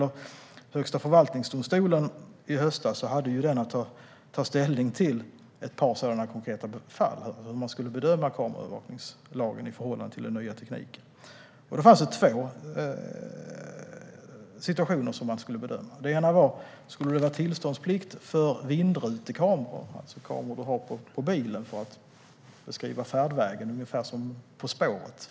Men Högsta förvaltningsdomstolen hade i höstas att ta ställning till ett par konkreta fall som handlade om hur kameraövervakningslagen skulle bedömas i förhållande till den nya tekniken. Det var två situationer man skulle bedöma. Den ena gällde om det skulle råda tillståndsplikt för vindrutekameror, det vill säga kameror man har på bilen för att beskriva färdvägen, ungefär som i På spåret .